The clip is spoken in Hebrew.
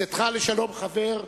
צאתך לשלום, חבר.